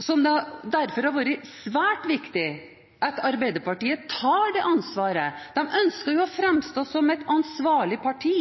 Derfor har det vært svært viktig at Arbeiderpartiet tar det ansvaret. De ønsker å framstå som et ansvarlig parti.